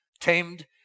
Tamed